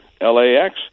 LAX